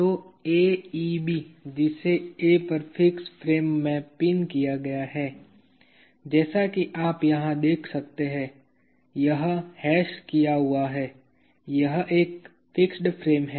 तो AEB जिसे A पर फिक्स फ्रेम में पिन किया गया है जैसा कि आप यहां देख सकते हैं यह हैश किया हुआ है यह एक फिक्स फ्रेम है